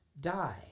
die